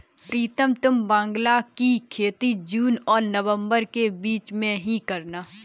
प्रीतम तुम बांग्ला की खेती जून और नवंबर के बीच में ही करना